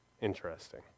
interesting